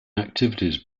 activities